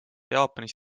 jaapanis